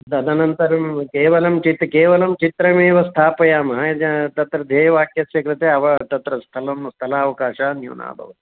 तदनन्तरं केवलं चित्रं केवलं चित्रमेव स्थापयामः तत्र ध्येयवाक्यस्य कृते अव तत्र स्थलं स्थलावकाशः न्यूनः भवति